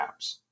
apps